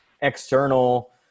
external